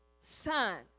son